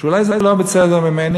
שאולי זה לא בסדר שאומר,